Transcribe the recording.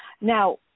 now –